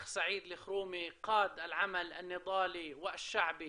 אז הנהיג אחי סעיד אלחרומי את המאבק העממי דרך ועדת ההיגוי